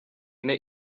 ine